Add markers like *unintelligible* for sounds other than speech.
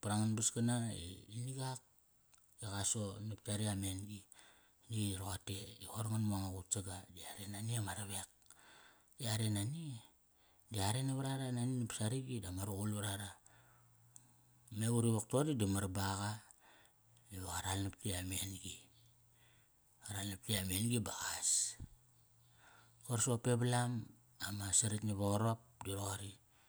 *unintelligible* kana i nagak, i qa so nap yaretk amen-gi. I roqote i qoir ngan mu anga qutsaga. Di are nani ama ravek. Yare nani di are navarara nani nap saragi dama ruqul varara. Me va uri wok toqori di mar baqaqa. Iva qa ral nap yey amen-gi. Qa ral nap yey amen-gi ba qas. Koir soqop e valam. Ama saritk nava qarop di roqori.